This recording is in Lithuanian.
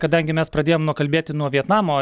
kadangi mes pradėjom kalbėti nuo vietnamo